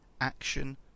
action